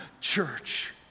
church